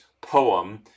poem